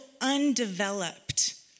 undeveloped